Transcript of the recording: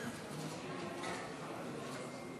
31(א)